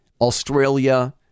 Australia